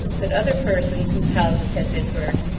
that other persons whose houses had been burnt,